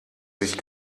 sich